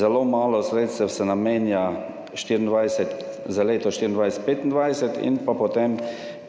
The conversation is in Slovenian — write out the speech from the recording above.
zelo malo sredstev namenja za leto 2024, 2025 in pa potem